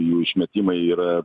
jų išmetimai yra